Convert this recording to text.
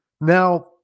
Now